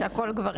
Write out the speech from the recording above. הכל גברים.